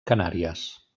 canàries